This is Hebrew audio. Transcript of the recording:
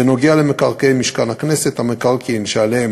אשר למקרקעי משכן הכנסת, המקרקעין שעליהם